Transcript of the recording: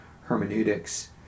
hermeneutics